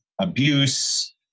Abuse